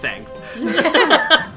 Thanks